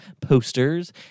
posters